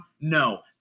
No